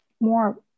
more